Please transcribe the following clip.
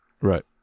Right